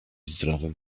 zdrowym